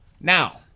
Now